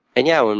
and, yeah, and